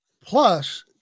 Plus